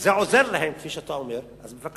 שזה עוזר להם, כפי שאתה אומר, אז בבקשה,